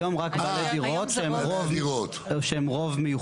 היום רק בעלי דירות שהם רוב מיוחד.